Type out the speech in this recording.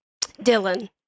Dylan